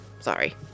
Sorry